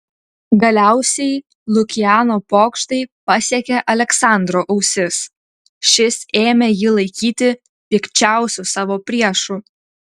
galiausiai lukiano pokštai pasiekė aleksandro ausis šis ėmė jį laikyti pikčiausiu savo priešu